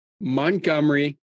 Montgomery